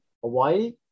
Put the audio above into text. Hawaii